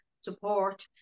support